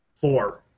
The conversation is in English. Four